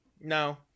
no